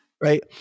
Right